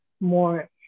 more